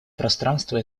пространство